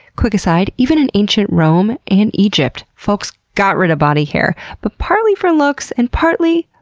quick aside, even in ancient rome and egypt folks got rid of body hair, but partly for looks and partly,